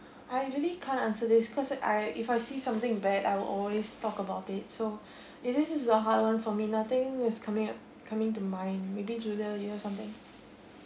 I really can't answer this cause I if I see something bad I will always talk about it so it is a hard one for me nothing was coming up coming to mind maybe julia you have something